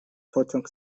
pociąg